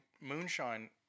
moonshine